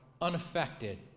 unaffected